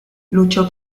luchó